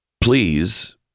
Please